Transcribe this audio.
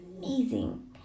Amazing